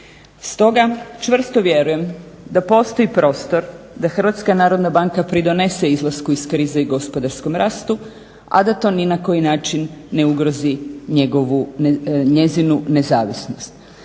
Stoga čvrsto vjerujem da postoji prostor da HNB pridonese izlasku iz krize i gospodarskom rastu, a da to ni na koji način ne ugrozi njezinu nezavisnost.